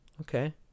Okay